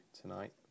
tonight